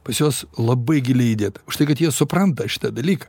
pas juos labai giliai įdiegta už tai kad jie supranta šitą dalyką